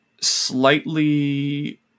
Slightly